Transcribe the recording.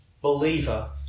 believer